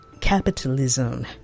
capitalism